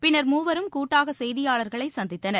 பின்னர் மூவரும் கூட்டாக செய்தியாளர்களை சந்தித்தனர்